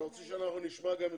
אתה רוצה שאנחנו נשמע את פרופ'